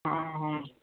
हँ हँ